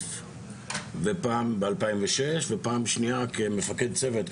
כמשתתף ב-2006 ופעם שנייה כמפקד צוות,